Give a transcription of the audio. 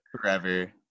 Forever